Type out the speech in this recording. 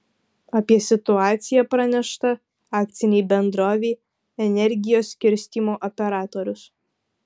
apie situaciją pranešta akcinei bendrovei energijos skirstymo operatorius